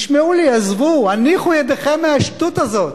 עזבו, הניחו ידיכם מהשטות הזאת,